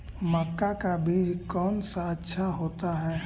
मक्का का बीज कौन सा अच्छा होता है?